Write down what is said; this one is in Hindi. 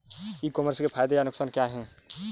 ई कॉमर्स के फायदे या नुकसान क्या क्या हैं?